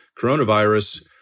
coronavirus